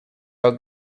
how